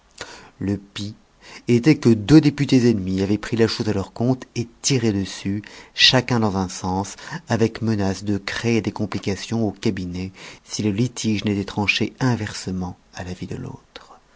le pis était que deux députés ennemis avaient pris la chose à leur compte et tiraient dessus chacun dans un sens avec menace de créer des complications au cabinet si le litige n'était tranché inversement à l'avis de l'autre